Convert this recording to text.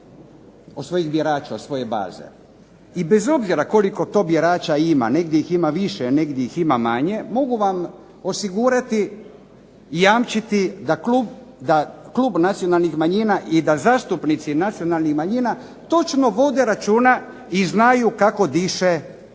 od svojih birača, od svoje baze. I bez obzira koliko to birača ima, negdje ih ima više, negdje ih ima manje, mogu vam osigurati i jamčiti da Klub nacionalnih manjina i da zastupnici nacionalnih manjina točno vode računa i znaju kako diše